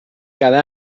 cada